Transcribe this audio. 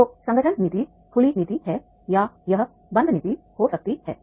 तो संगठन नीति खुली नीति है या यह बंद नीति हो सकती है